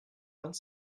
vingt